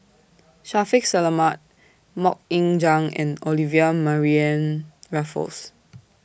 Shaffiq Selamat Mok Ying Jang and Olivia Mariamne Raffles